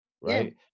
right